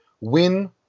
win